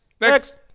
Next